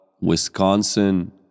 Wisconsin